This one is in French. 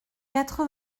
quatre